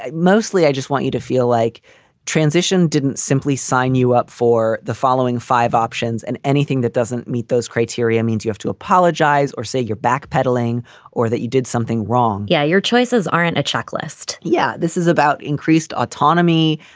ah mostly, i just want you to feel like transition didn't simply sign you up for the following five options and anything that doesn't meet those criteria means you have to apologize or say you're backpedaling or that you did something wrong yeah, your choices aren't a checklist. yeah this is about increased autonomy,